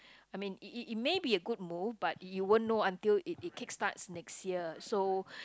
I mean it it it may be a good move but you won't know until it it kick starts next year so